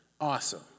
Awesome